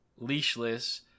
leashless